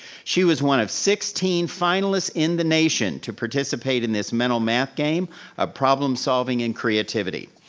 she was one of sixteen finalists in the nation to participate in this mental math game ah problem-solving and creativity.